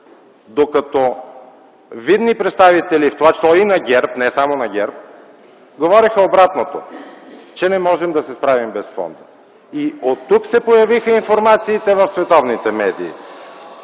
Фонда. Видни представители, в това число и на ГЕРБ, но не само на ГЕРБ, говореха обратното – че не можем да се справим без Фонда. И оттук се появиха информациите в световните медии.